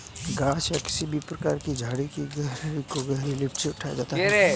घास या किसी भी प्रकार की झाड़ी की गठरी को गठरी लिफ्टर से उठाया जाता है